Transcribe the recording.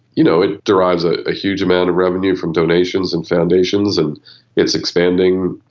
you know, it derives ah a huge amount of revenue from donations and foundations and it is expanding,